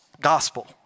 gospel